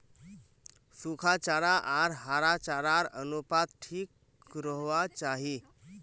सुखा चारा आर हरा चारार अनुपात ठीक रोह्वा चाहि